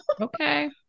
okay